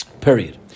period